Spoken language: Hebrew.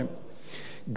גם בלי הגז ממצרים,